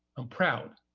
i'm proud,